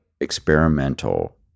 experimental